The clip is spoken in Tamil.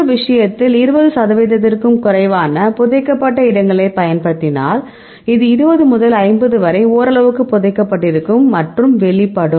இந்த விஷயத்தில் 20 சதவிகிதத்திற்கும் குறைவான புதைக்கப்பட்ட இடங்களைப் பயன்படுத்தினால் அது 20 முதல் 50 வரை ஓரளவு புதைக்கப்பட்டிருக்கும் மற்றும் வெளிப்படும்